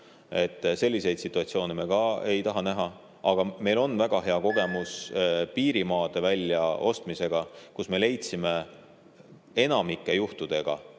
Selliseid situatsioone me ka ei taha näha. Aga meil on väga hea kogemus piirimaade väljaostmisega, kus me leidsime enamikul juhtudel